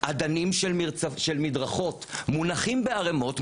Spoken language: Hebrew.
אדנים של מדרכות מונחים בערמות,